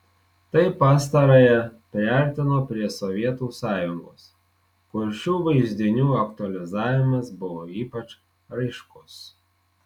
tai pastarąją priartino prie sovietų sąjungos kur šių vaizdinių aktualizavimas buvo ypač raiškus